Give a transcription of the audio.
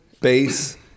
bass